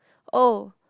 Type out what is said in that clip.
oh